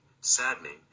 saddening